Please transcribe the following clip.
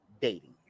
dating